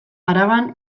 araban